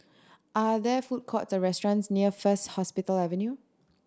are there food courts or restaurants near First Hospital Avenue